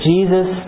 Jesus